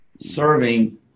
serving